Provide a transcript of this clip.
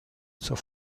zur